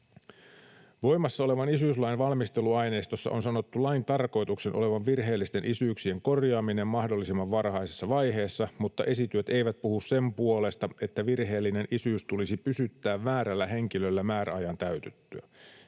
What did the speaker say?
Voimassa olevan isyyslain valmisteluaineistossa on sanottu lain tarkoituksen olevan virheellisten isyyksien korjaaminen mahdollisimman varhaisessa vaiheessa, mutta esityöt eivät puhu sen puolesta, että virheellinen isyys tulisi pysyttää väärällä henkilöllä määräajan täytyttyä.